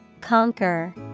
Conquer